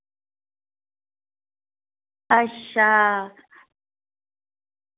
अच्छा